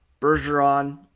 Bergeron